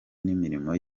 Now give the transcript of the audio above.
n’imirimo